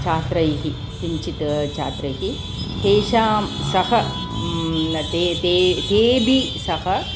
छात्रैः किञ्चित् छात्रैः तेषां सह ते ते तेभिः सह